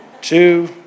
Two